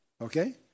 okay